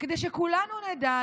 כדי שכולנו נדע,